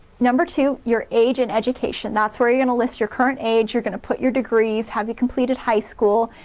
number two your age and education. that's where you're gonna list your current age, you're gonna put your degrees have you completed high school,